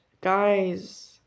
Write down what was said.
Guys